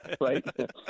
right